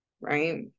right